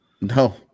No